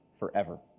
Forever